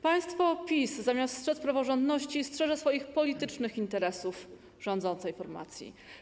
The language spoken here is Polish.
Państwo PiS, zamiast strzec praworządności, strzeże swoich politycznych interesów - rządzącej formacji.